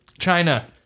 China